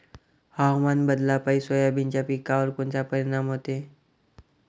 हवामान बदलापायी सोयाबीनच्या पिकावर कोनचा परिणाम होते?